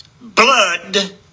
blood